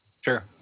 Sure